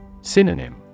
Synonym